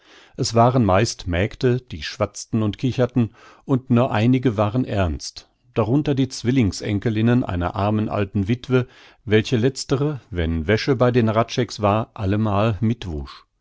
es waren meist mägde die schwatzten und kicherten und nur einige waren ernst darunter die zwillings enkelinnen einer armen alten wittwe welche letztre wenn wäsche bei den hradschecks war allemal mitwusch